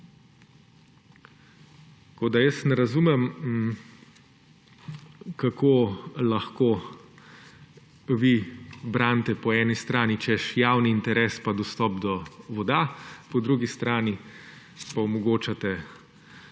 Tako ne razumem, kako lahko vi branite po eni strani, češ, javni interes pa dostop do voda, po drugi strani pa omogočate